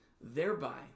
thereby